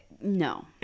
No